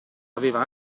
aveva